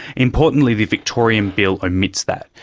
importantly the victorian bill omits that,